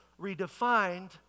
redefined